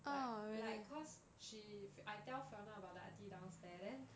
like like like cause she I tell fiona about the aunty downstairs then